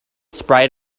sprayed